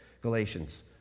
Galatians